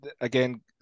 again